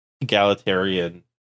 egalitarian